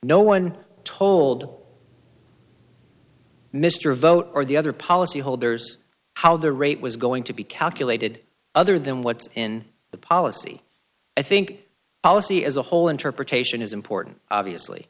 no one told mr vote or the other policyholders how the rate was going to be calculated other than what's in the policy i think as a whole interpretation is important obviously